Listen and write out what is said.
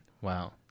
Wow